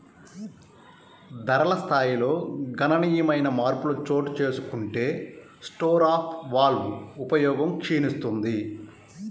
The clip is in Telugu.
ధరల స్థాయిల్లో గణనీయమైన మార్పులు చోటుచేసుకుంటే స్టోర్ ఆఫ్ వాల్వ్ ఉపయోగం క్షీణిస్తుంది